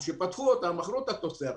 לאחר שפתחו אותם אכלו את התוצרת.